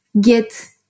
get